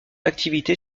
activité